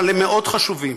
אבל הם מאוד חשובים.